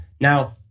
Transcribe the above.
Now